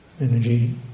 Energy